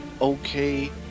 okay